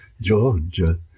Georgia